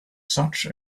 such